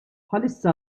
bħalissa